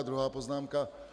Druhá poznámka.